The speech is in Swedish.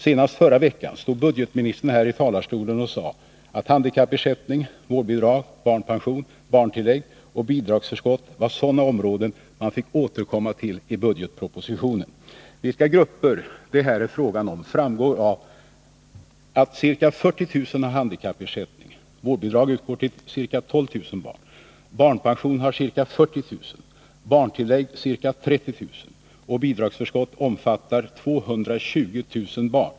Senast i förra veckan stod budgetministern här i talarstolen och sade att handikappersättning, vårdbidrag, barnpension, barntillägg och bidragsförskott var sådana områden som han fick återkomma till i budgetpropositionen. Vilka grupper det är frågan om framgår av att ca 40000 har handikappersättning, att vårdbidrag utgår till ca 12 000 barn, att ca 40 000 har barnpension, ca 30 000 har barntillägg och att bidragsförskotten omfattar 220 000 barn.